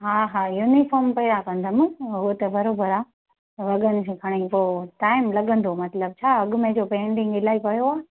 हा हा यूनिफॉम पहिरां कंदमि हा हुओ त बराबरि आहे वॻनि जे खणी पोइ टाइम लॻंदो आहे मतिलबु छा अॻिमे जो पैडिंग इलाही पियो आहे